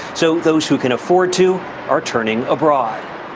so those who can afford to are turning abroad.